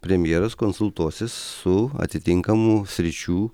premjeras konsultuosis su atitinkamų sričių